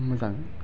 मोजां